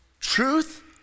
Truth